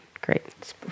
great